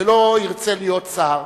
ולא ירצה להיות שר,